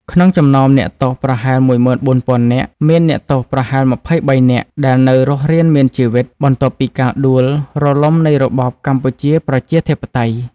ក្នុងចំណោមអ្នកទោសប្រហែល ១៤០០០ នាក) មានអ្នកទោសប្រហែល២៣នាក់ ដែលនៅរស់រានមានជីវិត បន្ទាប់ពីការដួលរលំនៃរបបកម្ពុជាប្រជាធិបតេយ្យ ។